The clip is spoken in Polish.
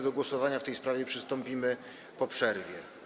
Do głosowania w tej sprawie przystąpimy po przerwie.